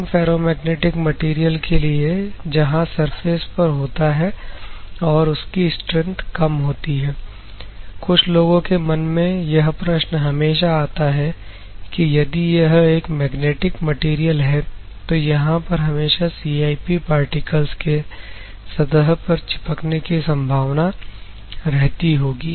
non ferromagnetic material के लिए जहां सरफेस पर होता है और इसकी स्ट्रैंथ कम होती है कुछ लोगों के मन में यह प्रश्न हमेशा आता है कि यदि यह एक मैग्नेटिक मैटेरियल है तो यहां पर हमेशा CIP पार्टिकल्स के सतह पर चिपकने की संभावना रहती होगी